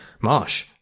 Marsh